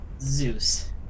Zeus